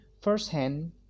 first-hand